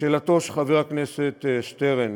לשאלתו של חבר הכנסת שטרן